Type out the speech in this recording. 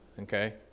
okay